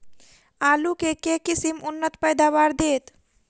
आलु केँ के किसिम उन्नत पैदावार देत?